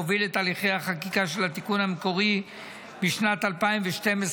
שהוביל את הליכי החקיקה של התיקון המקורי משנת 2012,